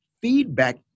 feedback